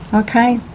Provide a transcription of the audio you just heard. okay?